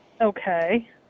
Okay